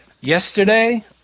yesterday